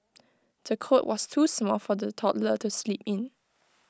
the cot was too small for the toddler to sleep in